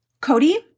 Cody